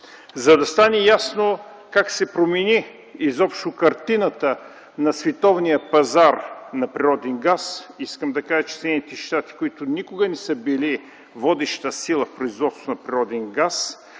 За да стане ясно как се промени изобщо картината на световния пазар на природен газ, искам да кажа, че Съединените щати, които никога не са били водеща сила в производството на природен газ